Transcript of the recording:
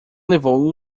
levou